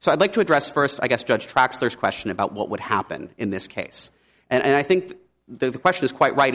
so i'd like to address first i guess judge tracks there's question about what would happen in this case and i think the question is quite right